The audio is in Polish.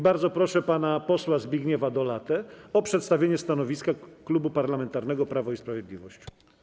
Bardzo proszę pana posła Zbigniewa Dolatę o przedstawienie stanowiska Klubu Parlamentarnego Prawo i Sprawiedliwość.